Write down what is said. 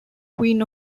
queen